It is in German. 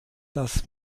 dass